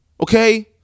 Okay